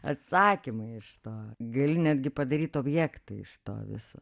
atsakymą iš to gali netgi padaryt objektą iš to viso